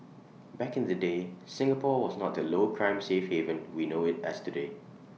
back in the day Singapore was not the low crime safe haven we know IT as today